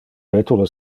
vetule